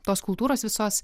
tos kultūros visos